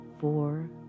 four